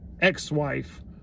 ex-wife